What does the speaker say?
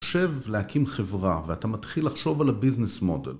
תחשב להקים חברה ואתה מתחיל לחשוב על ה-ביזנס מודל